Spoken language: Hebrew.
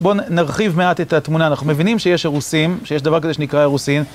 בואו נרחיב מעט את התמונה, אנחנו מבינים שיש ארוסין, שיש דבר כזה שנקרא ארוסין.